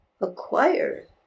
acquire